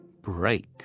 break